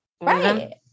right